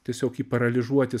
tiesiog jį paralyžiuoti